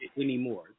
anymore